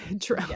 true